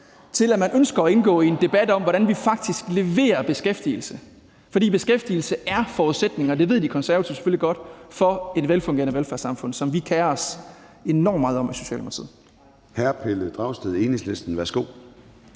til, at man ønsker at indgå i en debat om, hvordan vi faktisk leverer beskæftigelse. For beskæftigelse er forudsætningen – og det ved De Konservative selvfølgelig godt – for et velfungerende velfærdssamfund, som vi kerer os enormt meget om i Socialdemokratiet.